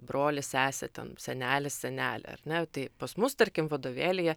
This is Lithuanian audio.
brolis sesė ten senelis senelė ar ne tai pas mus tarkim vadovėlyje